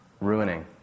ruining